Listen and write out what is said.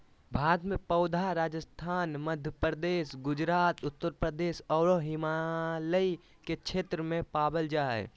भारत में पौधा राजस्थान, मध्यप्रदेश, गुजरात, उत्तरप्रदेश आरो हिमालय के क्षेत्र में पावल जा हई